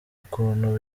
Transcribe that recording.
ukuntu